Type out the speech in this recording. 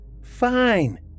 Fine